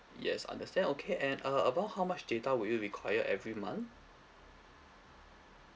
yes understand okay and uh about how much data will you require every month